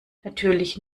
natürlich